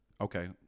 Okay